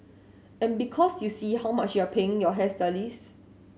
and because you see how much you're paying your hairstylist